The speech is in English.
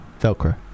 Velcro